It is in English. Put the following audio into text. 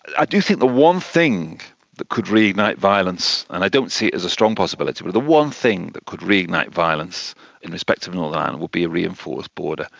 i do think the one thing that could reignite violence, and i don't see it as a strong possibility, but the one thing that could reignite violence in respect of northern ireland will a reinforced border.